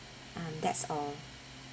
um that's all